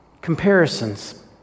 Comparisons